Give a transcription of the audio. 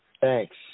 Thanks